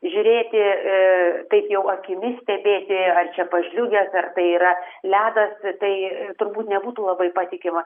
žiūrėti aa taip jau akimis stebėti ar čia pažliugęs ar tai yra ledas tai turbūt nebūtų labai patikima